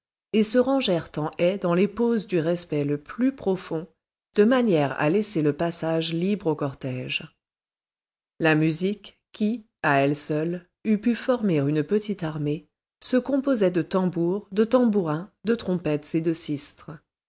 et se rangèrent en haie dans les poses du respect le plus profond de manière à laisser le passage libre au cortège la musique qui à elle seule eût pu former une petite armée se composait de tambours de tambourins de trompettes et de sistres